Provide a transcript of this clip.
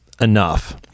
enough